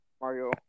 Mario